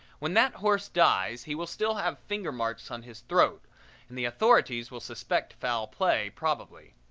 when that horse dies he will still have finger marks on his throat and the authorities will suspect foul play probably.